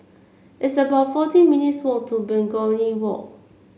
it's about forty minutes' walk to Begonia Walk